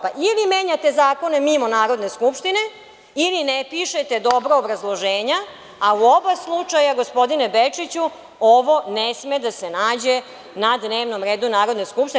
Pa, ili menjate zakona mimo Narodne skupštine ili ne pišete dobro obrazloženja, a u oba slučaja, gospodine Bečiću, ovo ne sme da se nađe na dnevnom redu Narodne skupštine.